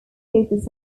focus